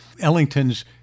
Ellington's